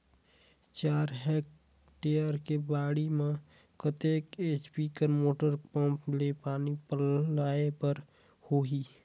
चार हेक्टेयर के बाड़ी म कतेक एच.पी के मोटर पम्म ले पानी पलोय बर होही?